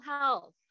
health